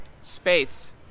space